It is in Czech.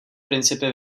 principy